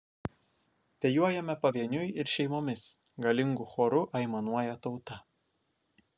dejuojame pavieniui ir šeimomis galingu choru aimanuoja tauta